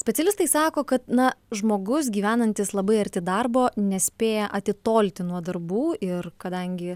specialistai sako kad na žmogus gyvenantis labai arti darbo nespėja atitolti nuo darbų ir kadangi